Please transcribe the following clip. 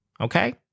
Okay